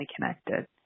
connected